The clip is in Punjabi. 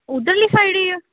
ਉਧਰਲੀ ਸਾਈਡ ਹੀ ਆ